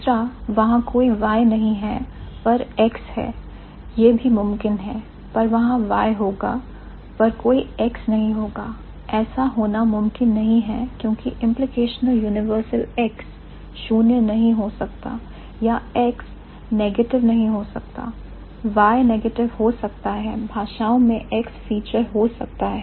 तीसरा वहां कोई Y नहीं है पर X है यह भी मुमकिन है पर वहां Y होगा पर कोई X नहीं होगा ऐसा होना मुमकिन नहीं है क्योंकि implicational universal X 0 नहीं हो सकता या X नेगेटिव नहीं हो सकता Y नेगेटिव हो सकता है भाषाओं में X फीचर हो सकता है